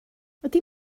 ydy